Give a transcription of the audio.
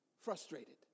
frustrated